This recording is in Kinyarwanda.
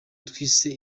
twise